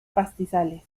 pastizales